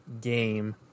game